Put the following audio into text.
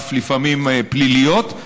ואף לפעמים פליליות.